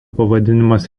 pavadinimas